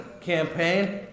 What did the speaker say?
Campaign